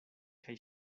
kaj